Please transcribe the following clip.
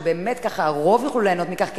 שבאמת הרוב יוכלו ליהנות מכך,